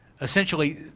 essentially